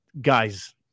guys